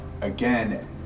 again